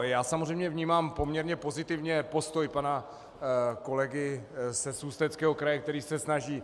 Já samozřejmě vnímám poměrně pozitivně postoj pana kolegy z Ústeckého kraje, který se snaží.